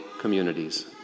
communities